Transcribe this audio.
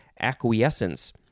acquiescence